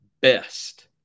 best